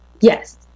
yes